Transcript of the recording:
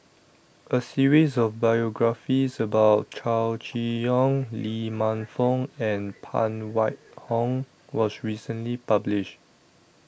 A series of biographies about Chow Chee Yong Lee Man Fong and Phan Wait Hong was recently published